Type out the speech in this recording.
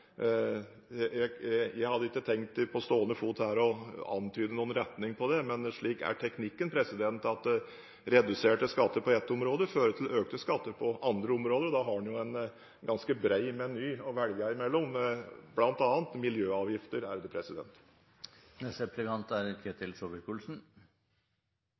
Jeg hadde ikke tenkt å antyde noen retning på det på stående fot, men teknikken er slik at reduserte skatter på et område fører til økte skatter på andre områder. Da har vi en ganske bred meny å velge mellom, bl.a. miljøavgifter.